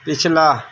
ਪਿਛਲਾ